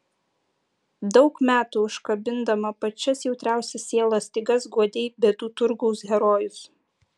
daug metų užkabindama pačias jautriausias sielos stygas guodei bėdų turgaus herojus